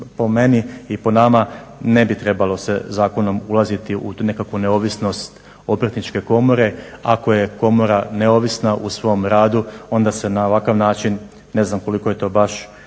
Po meni i po nama ne bi trebalo se zakonom ulaziti u tu nekakvu neovisnost Obrtničke komore. Ako je komora neovisna u svom radu onda se na ovakav način ne znam koliko je to baš